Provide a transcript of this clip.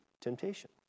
temptation